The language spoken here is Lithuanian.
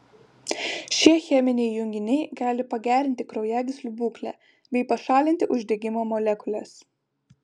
šie cheminiai junginiai gali pagerinti kraujagyslių būklę bei pašalinti uždegimo molekules